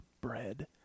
bread